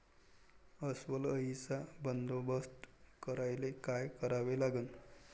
अस्वल अळीचा बंदोबस्त करायले काय करावे लागन?